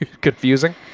confusing